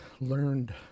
learned